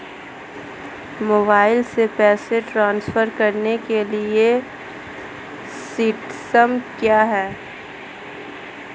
Mobile से पैसे transfer करने के लिए सिस्टम क्या है?